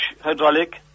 hydraulic